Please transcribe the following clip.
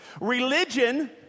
religion